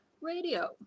radio